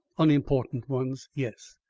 unimportant ones, yes.